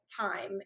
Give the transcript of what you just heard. time